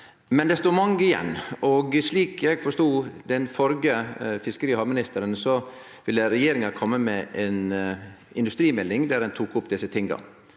men det står mange igjen. Slik eg forstod den førre fiskeri- og havministeren, ville regjeringa kome med ei industrimelding, der ein tek opp desse tinga.